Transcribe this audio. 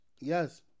Yes